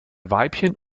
weibchen